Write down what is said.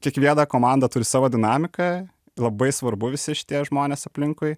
kiekviena komanda turi savo dinamiką labai svarbu visi šitie žmonės aplinkui